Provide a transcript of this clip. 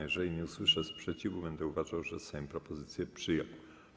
Jeżeli nie usłyszę sprzeciwu, będę uważał, że Sejm propozycję przyjął.